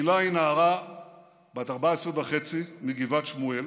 הילה היא נערה בת 14 וחצי מגבעת שמואל